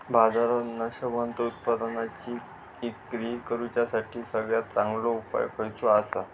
बाजारात नाशवंत उत्पादनांची इक्री करुच्यासाठी सगळ्यात चांगलो उपाय खयचो आसा?